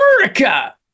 America